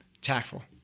Tactful